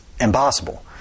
impossible